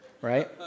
Right